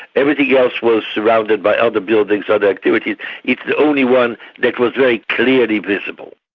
everything else was surrounded by other buildings, other activity it's the only one that was very clearly visible.